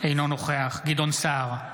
אינו נוכח גדעון סער,